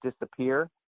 disappear